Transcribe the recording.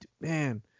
man